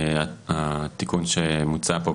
התיקון שמוצע פה,